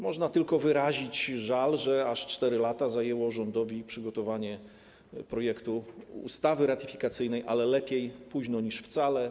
Można tylko wyrazić żal, że aż 4 lata zajęło rządowi przygotowanie projektu ustawy ratyfikacyjnej, ale lepiej późno niż wcale.